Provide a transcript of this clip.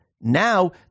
Now